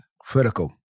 critical